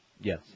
Yes